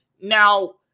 Now